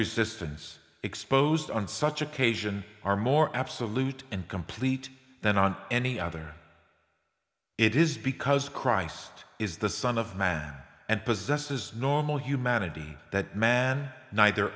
resistance exposed on such occasion are more absolute and complete than on any other it is because christ is the son of man and possesses normal humanity that man neither